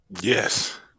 yes